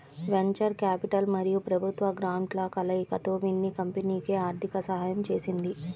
venture capital మరియు ప్రభుత్వ గ్రాంట్ల కలయికతో మిన్నీ కంపెనీకి ఆర్థిక సహాయం చేసింది